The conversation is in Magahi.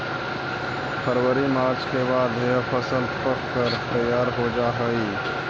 फरवरी मार्च के बाद यह फसल पक कर तैयार हो जा हई